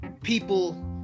people